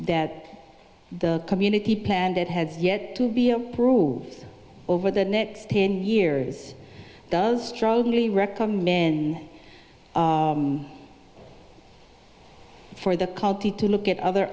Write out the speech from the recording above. that the community plan that has yet to be approved over the next ten years does strongly recommend in for the culti to look at other